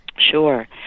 Sure